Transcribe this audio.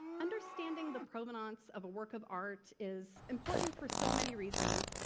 understanding the provenance of a work of art is important for so many reasons.